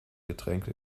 getränke